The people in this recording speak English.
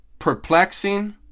perplexing